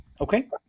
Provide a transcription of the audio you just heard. Okay